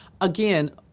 Again